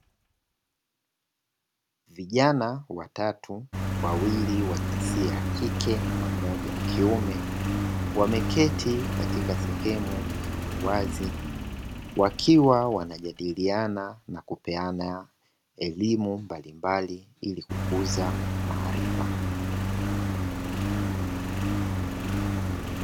Vijana watatu wawili wa jinsia ya kike na mmoja ya kiume, wameketi katika sehemu yenye uwazi wakiwa wanajadiliana na kupeana elimu mbalimbali ili kukuza maarifa.